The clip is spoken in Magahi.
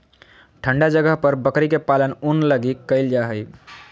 ठन्डा जगह पर बकरी के पालन ऊन लगी कईल जा हइ